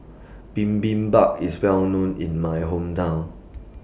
Bibimbap IS Well known in My Hometown